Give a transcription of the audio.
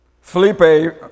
Felipe